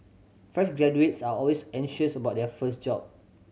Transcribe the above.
fresh graduates are always anxious about their first job